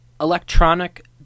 Electronic